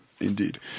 indeed